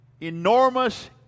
enormous